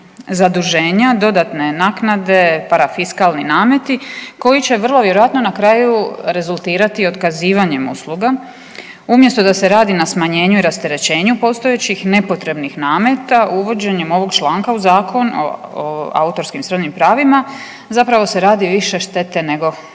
zaduženja, dodatne naknade i parafiskalni nameti koji će vrlo vjerojatno na kraju rezultirati otkazivanjem usluga. Umjesto da se radi na smanjenju i rasterećenju postojećih nepotrebnih nameta uvođenjem ovog članka u Zakon o autorskim i srodnim pravima zapravo se radi više štete nego